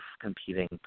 competing